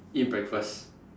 eat breakfast